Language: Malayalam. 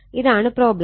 ഇതാണ് പ്രോബ്ലം